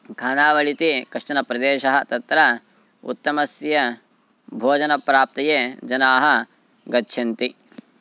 खानावळिति कश्चन प्रदेशः तत्र उत्तमस्य भोजनप्राप्तये जनाः गच्छन्ति